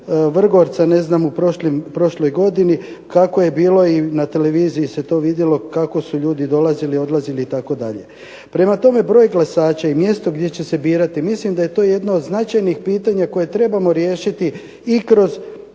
ne znam u prošloj godini kako je bilo i na televiziji se to vidjelo kako su ljudi dolazili, odlazili itd. Prema tome, broj glasača i mjesto gdje će se birati mislim da je to jedno od značajnih pitanja koje trebamo riješiti i kroz